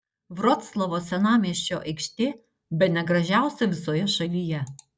vroclavo senamiesčio aikštė bene gražiausia visoje šalyje